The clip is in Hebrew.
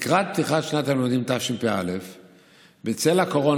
לקראת פתיחת שנת הלימודים תשפ"א בצל הקורונה,